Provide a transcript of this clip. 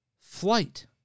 flight